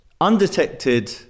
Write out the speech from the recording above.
undetected